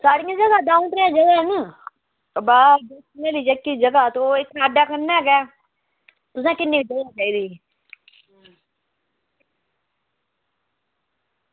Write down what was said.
साढ़ियां जगह दौं त्रैऽ न बाऽ जेह्की जगह तां ओह् साढ़े कन्नै गै तुसें किन्नी जगह चाहिदी